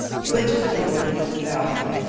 he went to the door and looked about him.